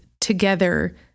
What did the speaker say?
together